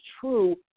true